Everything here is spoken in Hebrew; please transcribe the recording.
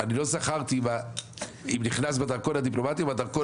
אני לא זכרתי אם נכנסתי בדרכון הדיפלומטי או בדרכון